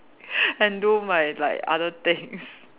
and do my like other things